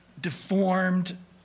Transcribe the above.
deformed